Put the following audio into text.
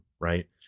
Right